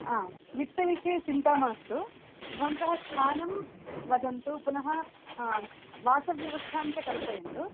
वित्तविषये चिन्ता मास्तु भवन्तः स्थानं वदन्तु पुनः वासव्यवस्थाञ्च कल्पयन्तु